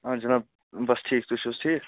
آ جِناب بَس ٹھیٖک تُہۍ چھُو حظ ٹھیٖک